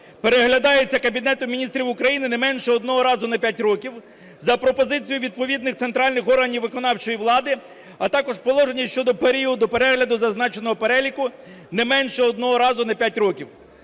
переглядається Кабінетом Міністрів України не менше одного разу на 5 років за пропозицією відповідних центральних органів виконавчої влади, а також положення щодо періоду перегляду зазначеного переліку не менше одного разу на 5 років.